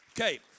Okay